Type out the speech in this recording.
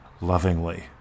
lovingly